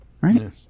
right